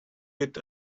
eat